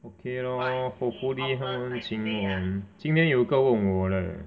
okay lor hopefully 他们会请我 mm 今天有一个问我 leh